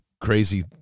crazy